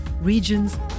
regions